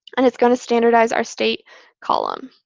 and it's going to standardize our state column.